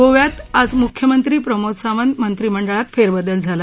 गोव्यात आज मुख्यमंत्री प्रमोद सावंत मंत्रिमंडळात फेरबदल झाला